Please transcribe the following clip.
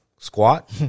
Squat